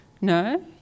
No